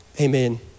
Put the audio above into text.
Amen